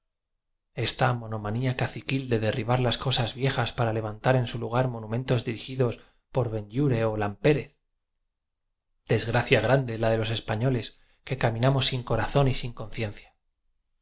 esta monomanía caciquil de derribar las cosas viejas para levantar en su lugar monumentos dirigidos por benlliure o lampérez desgracia grande la de los españoles que caminamos sin corazón y sin conciencia